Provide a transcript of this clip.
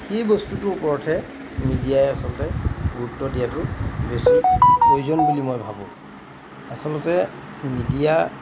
সেই বস্তুটোৰ ওপৰতহে মিডিয়াই আচলতে গুৰুত্ব দিয়াটো বেছি প্ৰয়োজন বুলি মই ভাবোঁ আচলতে মিডিয়া